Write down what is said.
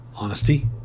Honesty